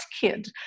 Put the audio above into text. kid